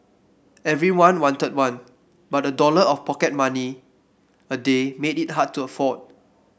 everyone wanted one but a dollar of pocket money a day made it hard to afford